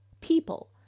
people